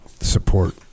Support